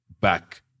back